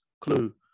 clue